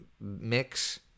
mix